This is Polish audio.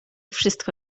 wszystko